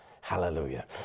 Hallelujah